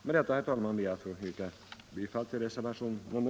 Med detta, herr talman, ber jag att få yrka bifall till reservationen Te